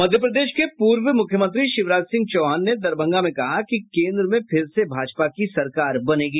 मध्य प्रदेश के पूर्व मुख्यमंत्री शिवराज सिंह चौहान ने दरभंगा में कहा कि केंद्र में फिर से भाजपा की सरकार बनेगी